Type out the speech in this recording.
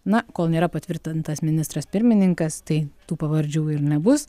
na kol nėra patvirtintas ministras pirmininkas tai tų pavardžių ir nebus